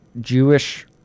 Jewish